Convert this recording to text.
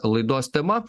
laidos tema